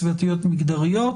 סביבתיות ומגדריות,